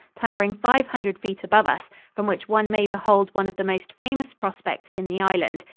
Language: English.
towering five hundred feet above us, from which one may behold one of the most famous prospects in the island.